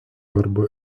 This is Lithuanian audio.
arba